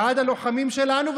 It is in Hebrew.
בעד הלוחמים שלנו,